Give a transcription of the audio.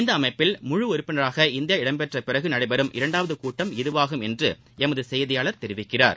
இந்த அமைப்பில் முழு உறுப்பினராக இந்தியா இடம்பெற்றபிறகு நடைபெறும் இரண்டாவது கூட்டம் இதுவாகும் என்று எமது செய்தியாளர் தெரிவிக்கிறார்